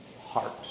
heart